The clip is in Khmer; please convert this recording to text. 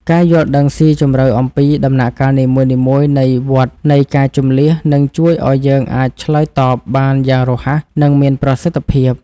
ការយល់ដឹងស៊ីជម្រៅអំពីដំណាក់កាលនីមួយៗនៃវដ្តនៃការជម្លៀសនឹងជួយឱ្យយើងអាចឆ្លើយតបបានយ៉ាងរហ័ស និងមានប្រសិទ្ធភាព។